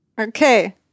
Okay